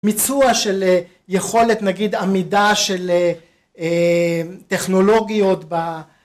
מיצוע של יכולת נגיד עמידה של טכנולוגיות